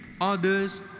others